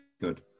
good